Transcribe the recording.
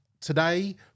today